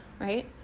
right